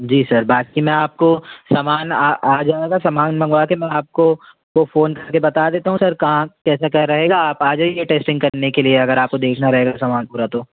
जी sir बाकी मैं आपको समान आ आ जाएगा समान मंगवा कर मैं आपको को फ़ोन करके बता देता हूँ सर कहाँ कैसे क्या रहेगा आप आ जाइए टेस्टिंग करने के लिए अगर आपको देखना रहेगा सामान पूरा तो